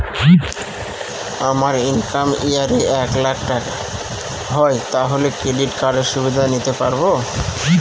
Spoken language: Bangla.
আমার ইনকাম ইয়ার এ এক লাক টাকা হয় তাহলে ক্রেডিট কার্ড এর সুবিধা নিতে পারবো?